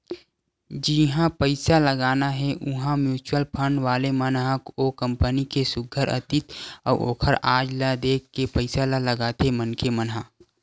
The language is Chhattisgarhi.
जिहाँ पइसा लगाना हे उहाँ म्युचुअल फंड वाले मन ह ओ कंपनी के सुग्घर अतीत अउ ओखर आज ल देख के पइसा ल लगाथे मनखे मन ह